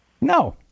No